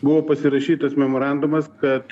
buvo pasirašytas memorandumas kad